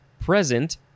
present